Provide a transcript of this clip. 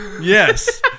Yes